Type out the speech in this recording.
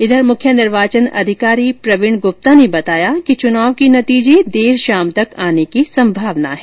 इधर मुख्य निर्वाचन अधिकारी प्रवीण गुप्ता ने बताया कि चुनाव के नतीजे देर शाम तक आने की संभावना है